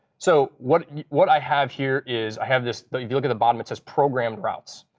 so what what i have here is i have this if you look at the bottom, it says programmed routes.